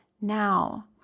now